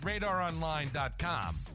RadarOnline.com